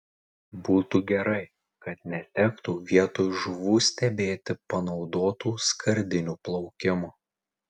būtų gerai kad netektų vietoj žuvų stebėti panaudotų skardinių plaukimo